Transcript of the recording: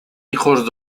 hijos